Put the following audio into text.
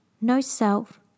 no-self